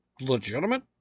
legitimate